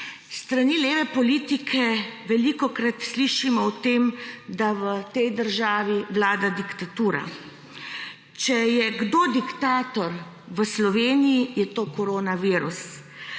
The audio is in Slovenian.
strani leve politike velikokrat slišimo o tem, da v tej državi vlada diktatura. Če je kdo diktator v Sloveniji, je to koronavirus.